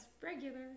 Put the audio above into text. regular